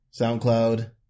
SoundCloud